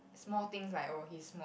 small things like oh he's small